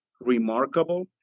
remarkable